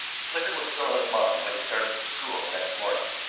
flitter was still in his mind when he started for school the next morning,